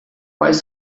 quais